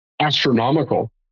astronomical